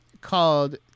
called